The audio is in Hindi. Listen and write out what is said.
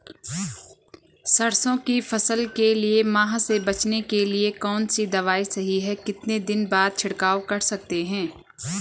सरसों की फसल के लिए माह से बचने के लिए कौन सी दवा सही है कितने दिन बाद छिड़काव कर सकते हैं?